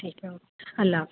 ٹھیک اللہ حافظ